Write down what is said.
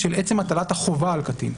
של עצם הטלת החובה על קטין,